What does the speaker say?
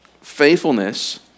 Faithfulness